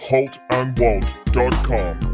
HaltandWalt.com